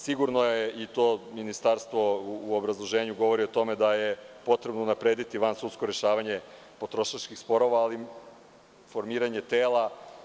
Sigurno je i to ministarstvo u obrazloženju govori, da je potrebno unaprediti vansudsko rešavanje potrošačkih sporova, formiranje tela.